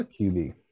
QB